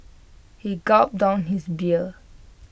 he gulped down his beer